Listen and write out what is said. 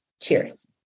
Cheers